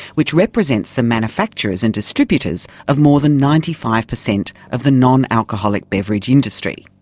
which represents the manufacturers and distributors of more than ninety five percent of the non-alcoholic beverage industry.